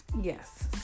yes